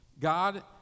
God